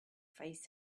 face